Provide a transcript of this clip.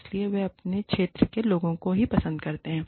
इसलिए वे अपने क्षेत्र के लोगों को ही पसंद करते हैं